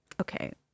Okay